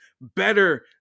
better